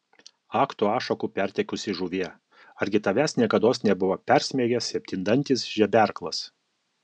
ak tu ašakų pertekusi žuvie argi tavęs niekados nebuvo persmeigęs septyndantis žeberklas